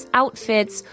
outfits